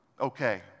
okay